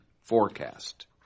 forecast